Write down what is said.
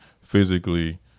physically